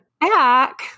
back